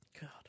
God